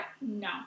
no